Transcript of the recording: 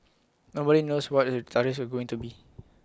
nobody knows what the tariffs are going to be